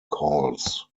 calls